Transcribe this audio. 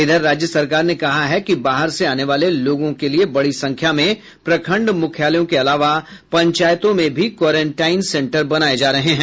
इधर राज्य सरकार ने कहा है कि बाहर से आने वाले लोगों के लिए बड़ी संख्या में प्रखंड मुख्यालयों के अलावा पंचायतों में भी क्वारेंटाइन सेन्टर बनाये जा रहे हैं